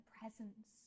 presence